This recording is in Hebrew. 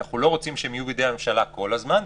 אנחנו לא רוצים שהן יהיו בידי הממשלה כל הזמן,